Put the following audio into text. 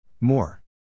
More